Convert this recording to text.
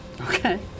okay